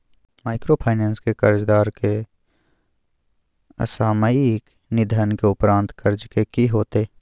Microfinance के कर्जदार के असामयिक निधन के उपरांत कर्ज के की होतै?